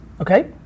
Okay